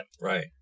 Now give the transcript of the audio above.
Right